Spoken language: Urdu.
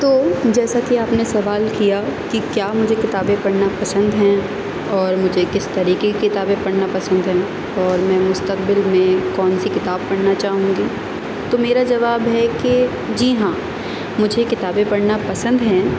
تو جیسا کہ آپ نے سوال کیا کہ کیا مجھے کتابیں پڑھنی پسند ہیں اور مجھے کس طریقے کی کتابیں پڑھنا پسند ہیں اور میں مستقبل میں کون سی کتاب پڑھنا چاہوں گی تو میرا جواب ہے کہ جی ہاں مجھے کتابیں پڑھنا پسند ہیں